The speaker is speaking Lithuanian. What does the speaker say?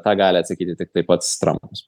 tą gali atsakyti tiktai pats trampas